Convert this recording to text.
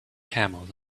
camels